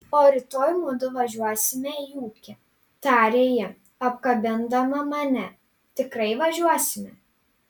o rytoj mudu važiuosime į ūkį tarė ji apkabindama mane tikrai važiuosime